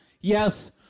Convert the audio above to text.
yes